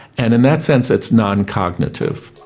and in that sense it's non-cognitive.